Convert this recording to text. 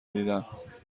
دیدم